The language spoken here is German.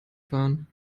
fahren